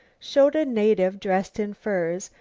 showed a native dressed in furs,